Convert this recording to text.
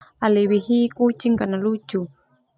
Au lebih hi kucing karna lucu.